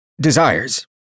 desires